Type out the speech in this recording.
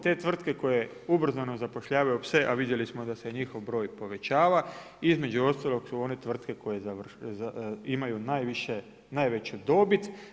Te tvrtke koje ubrzano zapošljavaju pse, a vidimo da se njihov broj povećava između ostalog su one tvrtke koje imaju najveću dobit.